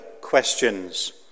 questions